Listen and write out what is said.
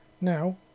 now